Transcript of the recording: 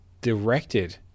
directed